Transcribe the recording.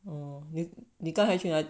orh 你你刚才去哪